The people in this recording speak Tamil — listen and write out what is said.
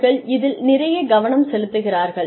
அவர்கள் அதில் நிறைய கவனம் செலுத்துகிறார்கள்